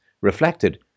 reflected